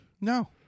No